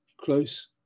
close